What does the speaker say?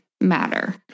matter